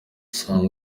usanga